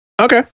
Okay